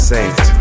Saint